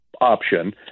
option